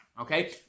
Okay